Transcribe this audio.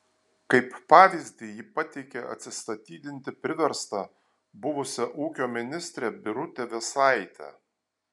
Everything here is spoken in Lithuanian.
kaip pavyzdį ji pateikė atsistatydinti priverstą buvusią ūkio ministrę birutę vėsaitę